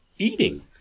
Eating